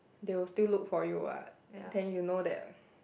they will still look for you what then you know that